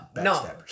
No